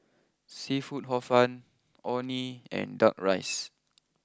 Seafood Hor fun Orh Nee and Duck Rice